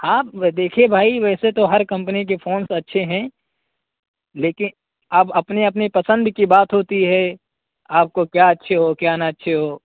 ہاں اب دیکھیے بھائی ویسے تو ہر کمپنی کے فونس تو اچھے ہیں لیکن اب اپنی اپنی پسند کی بات ہوتی ہے آپ کو کیا اچھے ہو کیا نہ اچھے ہو